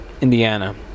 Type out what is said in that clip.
Indiana